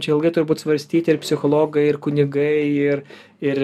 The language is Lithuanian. čia ilgai turbūt svarstyti ir psichologai ir kunigai ir ir